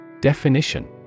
Definition